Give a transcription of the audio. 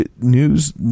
news